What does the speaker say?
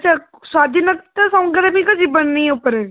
sir ସ୍ଵାଧୀନତା ସଂଗ୍ରାମୀଙ୍କ ଜୀବନୀ ଉପରେ